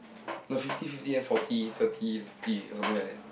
got fifty fifty eh then forty thirty twenty or something like that